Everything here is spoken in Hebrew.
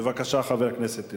בבקשה, חבר הכנסת אלדד.